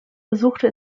besuchte